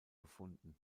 gefunden